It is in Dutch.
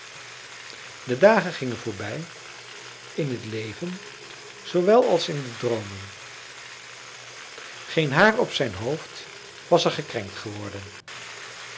de dagen gingen voorbij in het leven zoowel als in de droomen geen haar op zijn hoofd was er gekrenkt geworden